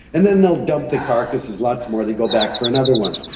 and then they will dump the carcasses, lots more, they go back for another one.